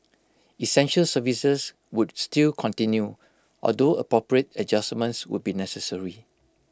essential services would still continue although appropriate adjustments would be necessary